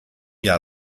jahr